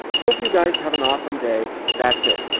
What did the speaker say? hope you guys have an awesome day. that's it.